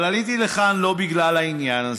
אבל עליתי לכאן לא בגלל העניין הזה.